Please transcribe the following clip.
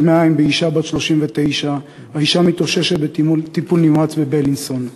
מעיים באישה בת 39. האישה מתאוששת במחלקת טיפול נמרץ בבילינסון.